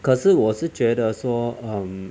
可是我是觉得说 um